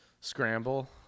scramble